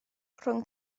rhwng